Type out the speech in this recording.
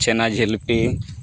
ᱪᱷᱮᱱᱟ ᱡᱷᱤᱞᱯᱤ